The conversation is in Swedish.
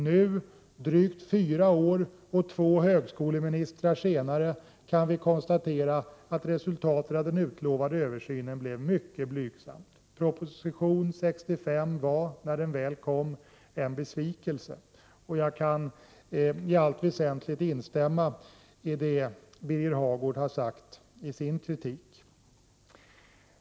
Nu, drygt fyra år och två högskoleministrar senare, kan konstateras att resultatet av den utlovade översynen blev mycket blygsamt. Proposition 65 var när den väl kom en besvikelse. Jag kan i allt väsentligt instämma i det Birger Hagård har sagt i sin kritik.